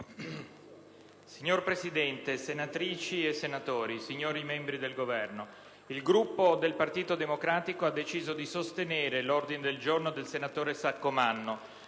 Signor Presidente, senatrici e senatori, signori membri del Governo, il Gruppo del Partito Democratico ha deciso di sostenere l'ordine del giorno G100, che vede come